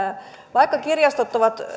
vaikka kirjastot ovat